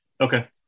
Okay